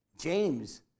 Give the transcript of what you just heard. James